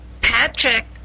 Patrick